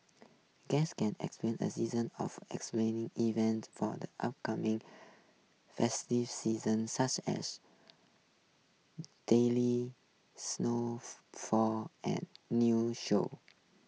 guests can expect a season of explaining events for the upcoming festive season such as daily snow fall and new shows